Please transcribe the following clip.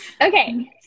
Okay